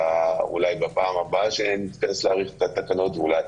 אולי בפעם הבאה שנתכנס להאריך את התקנות ואולי